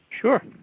Sure